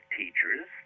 teachers